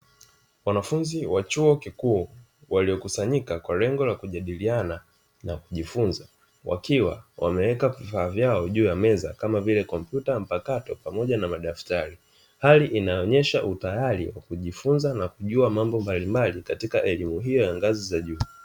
Wanafunzi wa chuo kikuu, waliokusanyika kwa lengo la kujadiliana na kujifunza, wakiwa wameweka vifaa vyao juu ya meza, kama vile kompyuta mpakato pamoja na madaftari. Hali inayoonyesha utayari wa kujifunza na kujua mambo mbalimbali katika elimu hiyo ya ngazi za juu.